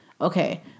Okay